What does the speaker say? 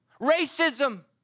racism